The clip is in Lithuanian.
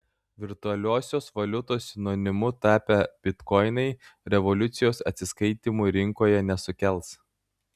virtualiosios valiutos sinonimu tapę bitkoinai revoliucijos atsiskaitymų rinkoje nesukels